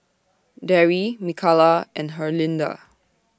Darry Mikalah and Herlinda